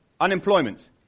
Unemployment